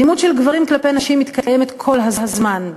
אלימות של גברים כלפי נשים מתקיימת כל הזמן,